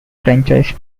franchise